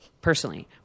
personally